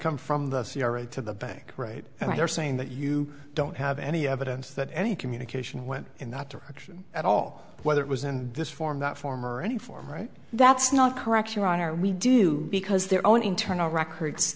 come from the c r a to the bank right and you're saying that you don't have any evidence that any communication went in that direction at all whether it was in this form that form or any form right that's not correct your honor we do because their own internal records